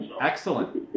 Excellent